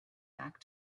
back